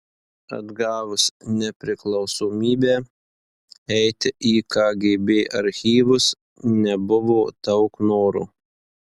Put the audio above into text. atgavus nepriklausomybę eiti į kgb archyvus nebuvo daug noro